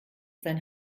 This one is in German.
sein